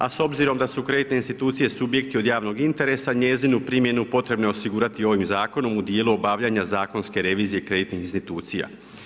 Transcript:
A s obzirom da su kreditne institucije subjekti od javnog interesa njezinu primjenu potrebno je osigurati ovim zakonom u dijelu obavljanja zakonske revizije kreditnih institucija.